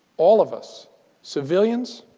all of us civilians,